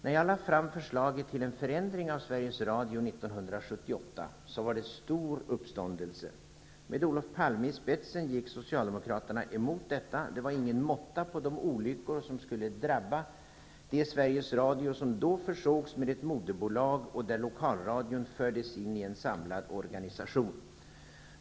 När jag lade fram förslaget till en förändring av Sveriges Radio 1978 var det stor uppståndelse. Med Olof Palme i spetsen gick Socialdemokraterna emot detta. Det var ingen måtta på de olyckor som skulle drabba det Sveriges Radio som då försågs med ett moderbolag och där lokalradion fördes in i en samlad organisation.